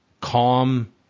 calm